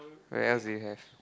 where else do you have